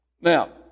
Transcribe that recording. Now